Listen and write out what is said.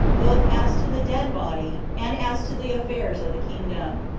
both as to the dead body, and as to the affairs of the kingdom,